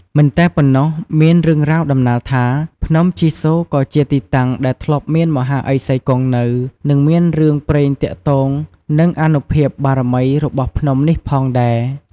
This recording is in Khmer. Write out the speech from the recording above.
មិនតែប៉ុណ្ណោះមានរឿងរ៉ាវដំណាលថា ភ្នំជីសូរក៏ជាទីតាំងដែលធ្លាប់មានមហាឥសីគង់នៅ និងមានរឿងព្រេងទាក់ទងនឹងអានុភាពបារមីរបស់ភ្នំនេះផងដែរ។